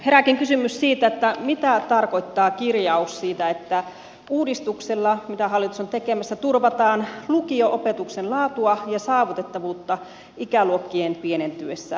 herääkin kysymys mitä tarkoittaa kirjaus siitä että uudistuksella mitä hallitus on tekemässä turvataan lukio opetuksen laatua ja saavutettavuutta ikäluokkien pienentyessä